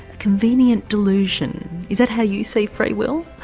convenient delusion is that how you see free will?